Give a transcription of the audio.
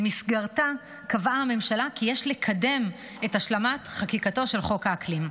שבמסגרתה קבעה הממשלה כי יש לקדם את השלמת חקיקתו של חוק האקלים.